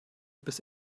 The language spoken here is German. bis